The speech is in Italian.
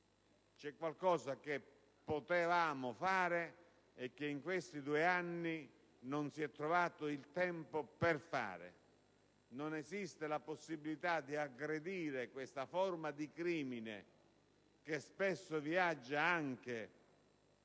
qualcosa che potevamo fare e che in questi due anni non si è trovato il tempo di fare. Non esiste la possibilità di aggredire questo crimine, che spesso viaggia anche